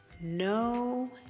no